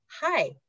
hi